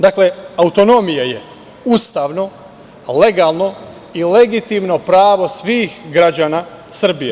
Dakle, autonomija je ustavno, legalno i legitimno pravo svih građana Srbije.